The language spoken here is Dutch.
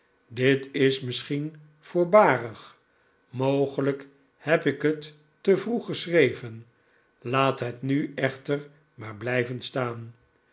dit is misschien voorbarig mogelijk heb ik het te vroeg geschreven laat het nu echter maar blijven staan